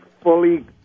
fully